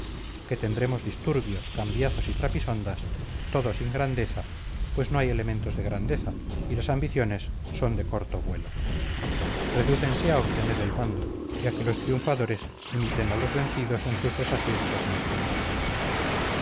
que tendremos disturbios cambiazos y trapisondas todo sin grandeza pues no hay elementos de grandeza y las ambiciones son de corto vuelo redúcense a obtener el mando y a que los triunfadores imiten a los vencidos en sus desaciertos y mezquindades